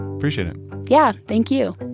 appreciate it yeah, thank you